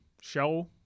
show